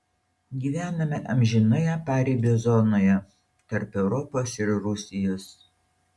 gyvename amžinoje paribio zonoje tarp europos ir rusijos